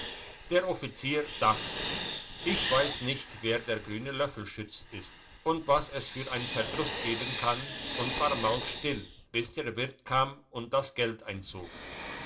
der offizier dachte ich weiss nicht wer der grüne löffelschütz ist und was es für ein verdruss geben kann und war mausstill bis der wirt kam und das geld einzog